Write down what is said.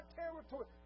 territory